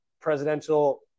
presidential